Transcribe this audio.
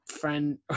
friend